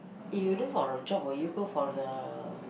if you look for a job will you go for the